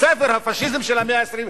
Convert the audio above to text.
וספר הפאשיזם של המאה ה-21,